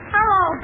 Hello